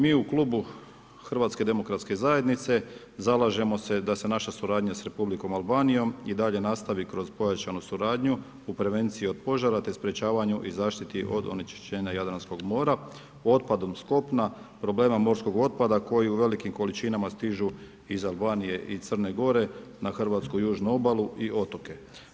Mi u klubu HDZ-a zalažemo se da se naša suradnja s Republikom Albanijom i dalje nastavi kroz pojačanu suradnju u prevenciji od požara te sprečavanju i zaštiti od onečišćenja Jadranskog mora, otpadom s kopna, problema morskog otpada koji u velikim količinama stižu iz Albanije i Crne gore na Hrvatsku južnu obalu i otoke.